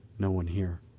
no one here.